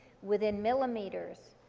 within millimeters,